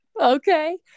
Okay